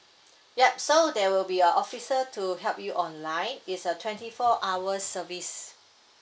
yup so there will be a officer to help you online it's a twenty four hour service